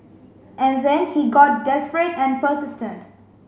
and then he got desperate and persistent